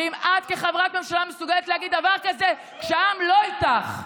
ואם את כחברת ממשלה מסוגלת להגיד דבר כזה כשהם לא איתך,